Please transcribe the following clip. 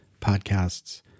podcasts